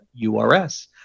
URS